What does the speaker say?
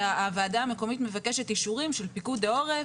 הוועדה המקומית מבקשת אישורים של פיקוד העורף,